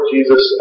Jesus